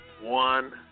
One